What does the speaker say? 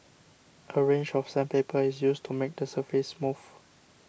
a range of sandpaper is used to make the surface smooth